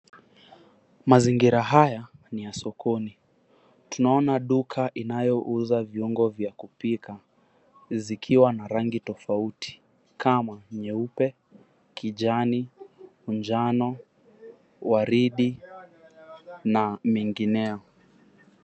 Mazingira haya ni ya sokoni. Tunaona duka inayouza viungo vya kupika zikiwa na rangi tofauti kama: nyeupe, kijani, manjano, waridi na mengineo.